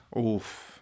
Oof